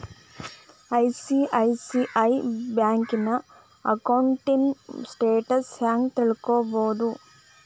ICICI ಬ್ಯಂಕಿನ ಅಕೌಂಟಿನ್ status ಹೆಂಗ್ ತಿಳ್ಕೊಬೊದು?